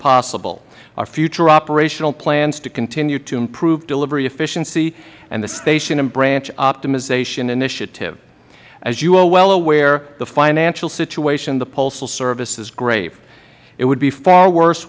possible our future operational plans to continue to improve delivery efficiency and the station and branch optimization initiative as you are well aware the financial situation of the postal service is grave it would be far worse